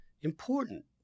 important